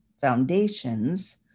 foundations